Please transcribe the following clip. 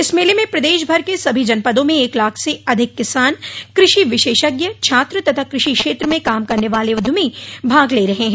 इस मेले में प्रदेशभर के सभी जनपदों में एक लाख से अधिक किसान कृषि विशेषज्ञ छात्र तथा कृषि क्षेत्र में काम करने वाले उद्यमी भाग ले रहे हैं